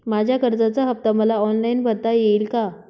माझ्या कर्जाचा हफ्ता मला ऑनलाईन भरता येईल का?